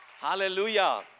Hallelujah